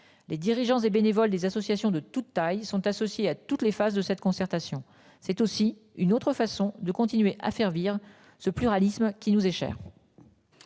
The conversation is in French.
les dirigeants et bénévoles des associations de toutes tailles sont associés à toutes les phases de cette concertation, c'est aussi une autre façon de continuer à servir ce pluralisme qui nous est cher.